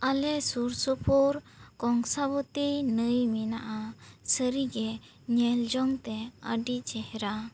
ᱟᱞᱮ ᱥᱩᱨ ᱥᱩᱯᱩᱨ ᱠᱚᱝᱥᱟᱵᱚᱛᱤ ᱱᱟᱹᱭ ᱢᱮᱱᱟᱜᱼᱟ ᱥᱟᱹᱨᱤ ᱜᱮ ᱧᱮᱞ ᱡᱚᱝ ᱛᱮ ᱟᱹᱰᱤ ᱪᱮᱦᱨᱟ